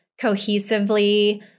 cohesively